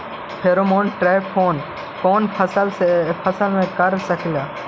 Pheromone trap कोन कोन फसल मे कर सकली हे?